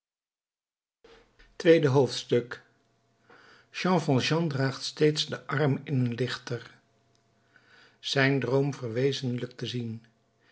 tweede hoofdstuk jean valjean draagt steeds den arm in een lichter zijn droom verwezenlijkt te zien